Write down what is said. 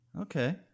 Okay